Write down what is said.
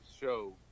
show